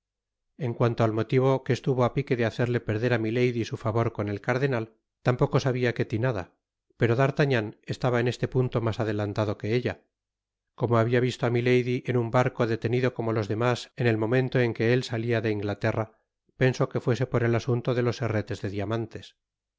en cuanto al motivo que estuvo á pique de hacer perder á milady su favor con el cardenal tampoco sabia ketty nada pero d'artagnan estaba en este panto mas adelantado que ella como habia visto á milady en un barco detenido como los demás en el momento en que él salia de inglaterra pensó que fuese por el asunto de los herretes de diamantes